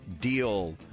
deal